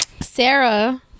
Sarah